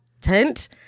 tent